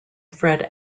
fred